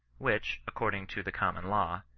which, according to the common law,